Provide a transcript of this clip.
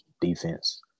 defense